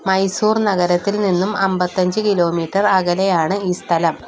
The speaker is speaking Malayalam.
മൈസൂർ നഗരത്തിൽ നിന്നും അമ്പത്തിയഞ്ച് കിലോ മീറ്റർ അകലെയാണ് ഈ സ്ഥലം